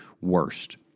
worst